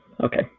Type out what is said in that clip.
okay